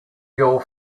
your